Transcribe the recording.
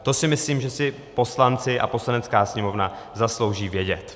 To si myslím, že si poslanci a Poslanecká sněmovna zaslouží vědět.